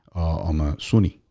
i'm a sunni.